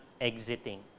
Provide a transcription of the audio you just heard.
exiting